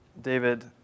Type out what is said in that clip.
David